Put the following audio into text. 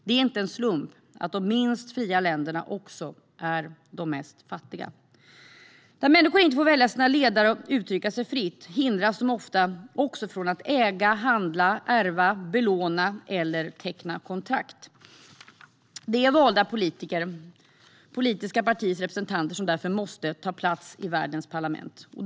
Det är inte en slump att de minst fria länderna också är de mest fattiga. Där människor inte får välja sina ledare och uttrycka sig fritt hindras de ofta också från att äga, handla, ärva, belåna eller teckna kontrakt. Det är valda politiker - politiska partiers representanter - som måste ta plats i världens parlament.